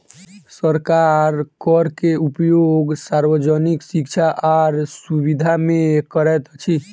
सरकार कर के उपयोग सार्वजनिक शिक्षा आर सुविधा में करैत अछि